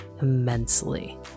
immensely